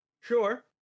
Sure